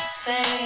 say